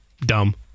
Dumb